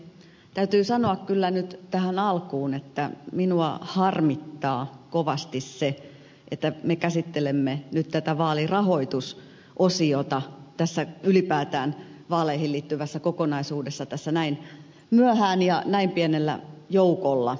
täytyy sanoa kyllä nyt tähän alkuun että minua harmittaa kovasti se että me käsittelemme nyt tätä vaalirahoitusosiota tässä ylipäätään vaaleihin liittyvässä kokonaisuudessa näin myöhään ja näin pienellä joukolla